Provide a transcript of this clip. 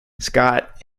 scott